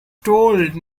told